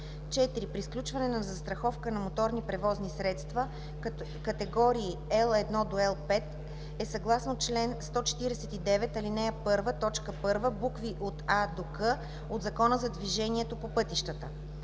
„4. при сключване на застраховка на моторни превозни средства категории L1 – L5 е съгласно чл. 149, ал. 1, т. 1, букви „а“ – „к“ от Закона за движението по пътищата;